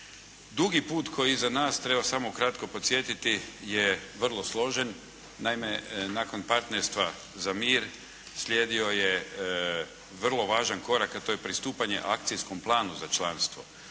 Dugi put koji je iza nas, treba samo kratko podsjetiti, je vrlo složen. Naime, nakon Partnerstva za mir slijedio je vrlo važan korak a to je pristupanje Akcijskom planu za članstvo.